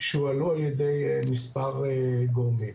שהועלו על ידי מספר גורמים.